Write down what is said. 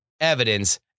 evidence